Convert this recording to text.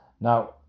Now